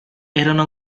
erano